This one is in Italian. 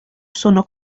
sono